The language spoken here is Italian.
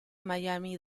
miami